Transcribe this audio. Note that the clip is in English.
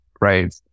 Right